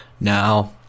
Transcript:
Now